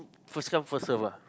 first come first serve ah